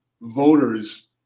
voters